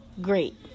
Great